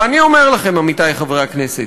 ואני אומר לכם, עמיתי חברי הכנסת,